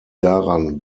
daran